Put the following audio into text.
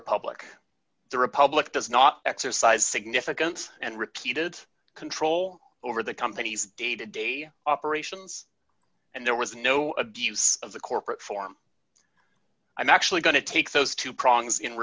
republic the republic does not exercise significant and repeated control over the company's day to day operations and there was no abuse of the corporate form i'm actually going to take those two prongs in